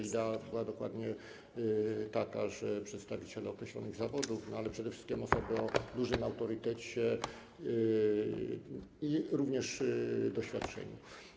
Idea była dokładnie taka, że chodziło o przedstawicieli określonych zawodów, ale przede wszystkim o osoby o dużym autorytecie i również doświadczeniu.